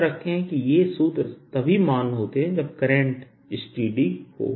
याद रखें कि ये सूत्र तभी मान्य होते हैं जब करंट स्टेडी हो